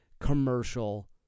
commercial